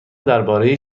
درباره